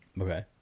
Okay